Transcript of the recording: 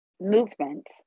movement